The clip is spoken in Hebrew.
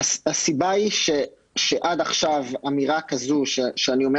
הסיבה היא שעד עכשיו אמירה כזאת שאני אומר